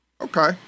Okay